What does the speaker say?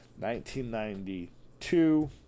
1992